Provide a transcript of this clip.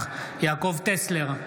יעקב טסלר,